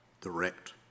direct